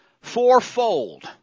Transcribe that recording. fourfold